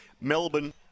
Melbourne